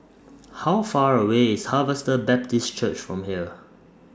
How Far away IS Harvester Baptist Church from here